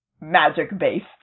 magic-based